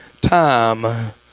time